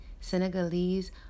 Senegalese